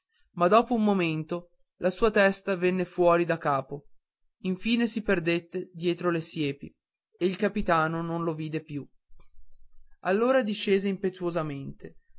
ma dopo un momento la sua testa venne fuori daccapo infine si perdette dietro alle siepi e il capitano non lo vide più allora discese